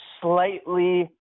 slightly